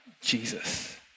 Jesus